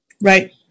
right